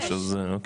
לא,